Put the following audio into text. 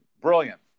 Brilliant